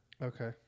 okay